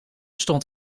stond